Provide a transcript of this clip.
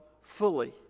fully